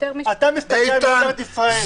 אתה מסתכל על משטרת ישראל.